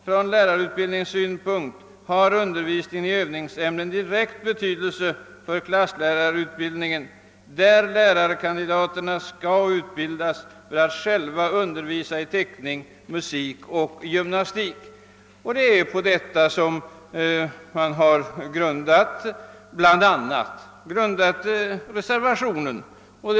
Från lärarutbildningssynpunkt har undervisningen i Öövningsämnen direkt betydelse för klasslärarutbildningen, där lärarkandidaterna skall utbildas för att själva undervisa i teckning, musik och gymnastik.» Bland annat på detta förslag har vi grundat reservationen 1.